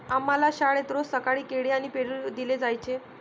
आम्हाला शाळेत रोज सकाळी केळी आणि पेरू दिले जायचे